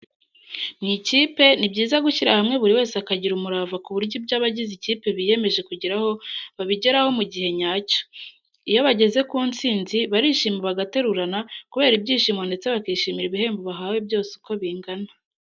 Mu ikipe ni byiza gushyira hamwe buri wese akagira umurava ku buryo ibyo abagize ikipe biyemeje kugeraho babigeraho mu gihe nyacyo. Iyo bageze ku nsinzi barishima bagaterurana kubera ibyishimo ndetse bakishimira ibihembo bahawe byose uko bingana.